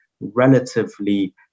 relatively